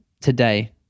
today